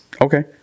Okay